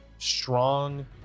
strong